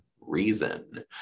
reason